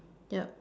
yup